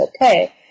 okay